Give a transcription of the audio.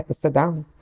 ah sit down.